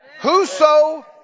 Whoso